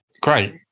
Great